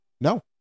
No